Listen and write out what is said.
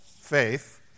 faith